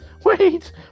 Wait